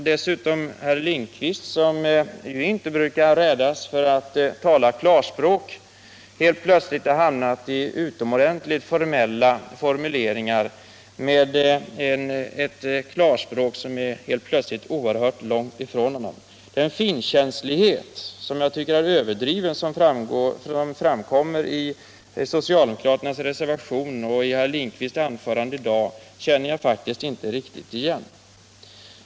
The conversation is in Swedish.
Dessutom har herr Lindkvist, som ju inte brukar rädas för att tala klarspråk, helt plötsligt hamnat i utomordentligt formella vändningar som verkligen inte liknar det språk han vanligtvis använder. Den enligt min mening överdrivna finkänslighet som framkommer i socialdemokraternas reservation och i herr Lindkvist anförande i dag känner jag faktiskt inte riktigt igen.